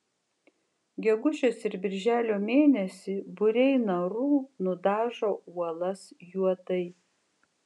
gegužės ir birželio mėnesį būriai narų nudažo uolas juodai